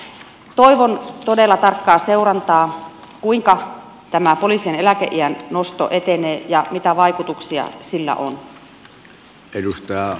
toivon todella tarkkaa seurantaa kuinka tämä poliisien eläkeiän nosto etenee ja mitä vaikutuksia sillä on